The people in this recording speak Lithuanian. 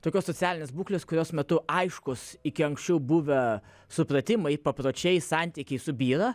tokios socialinės būklės kurios metu aiškūs iki anksčiau buvę supratimai papročiai santykiai subyra